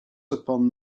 upon